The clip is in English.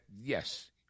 Yes